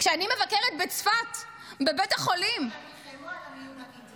כשאני מבקרת בצפת בבית החולים --- הם נלחמו על המיון הקדמי,